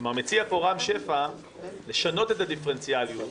מציע פה רם שפע לשנות את הדיפרנציאליות.